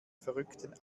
verrückten